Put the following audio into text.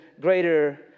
greater